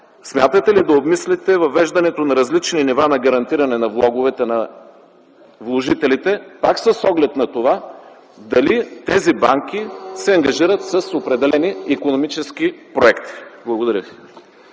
смятате ли да обмислите въвеждането на различни нива на гарантиране на влоговете на вложителите пак с оглед на това дали тези банки се ангажират с определени икономически проекти? Благодаря ви.